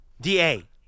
D-A